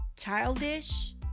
childish